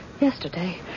Yesterday